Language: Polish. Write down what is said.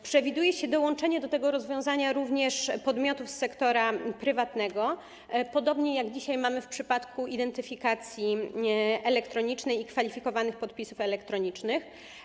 Przewiduje się dołączenie do tego rozwiązania również podmiotów z sektora prywatnego, podobnie jak dzisiaj mamy w przypadku identyfikacji elektronicznej i kwalifikowanych podpisów elektronicznych.